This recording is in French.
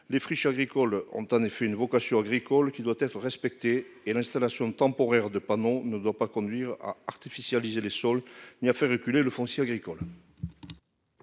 les friches agricoles ont en effet une vocation agricole qui doit être respecté et l'installation temporaire de panneaux ne doit pas conduire à artificialiser les sols, il a fait reculer le foncier agricole.